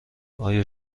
آیا